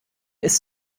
ist